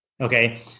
Okay